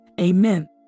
Amen